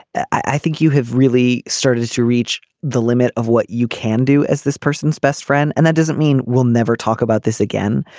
i think you have really started to reach the limit of what you can do as this person is best friend and that doesn't mean we'll never talk about this again.